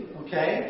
okay